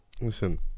Listen